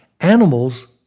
Animals